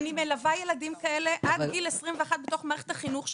אני מלווה ילדים כאלה עד גיל 21 בתוך מערכת החינוך,